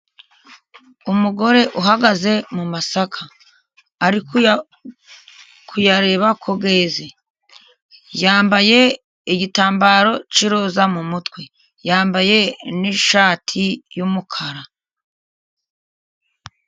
Umugore uhagaze mumasaka ari kureba ko yeze, yambaye igitambaro cy'iroza mu mutwe yambaye n'ishati y'umukara.